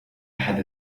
حدث